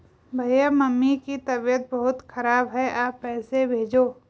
भैया मम्मी की तबीयत बहुत खराब है आप पैसे भेजो